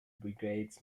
brigades